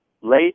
late